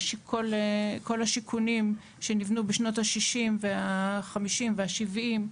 כל השיכונים שניבנו בשנות ה-50, ה-60, וה-70,